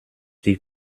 die